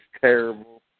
terrible